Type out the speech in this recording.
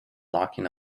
locking